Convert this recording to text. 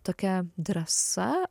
tokia drąsa